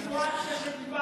חוק, על סיטואציה שדברת.